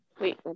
Wait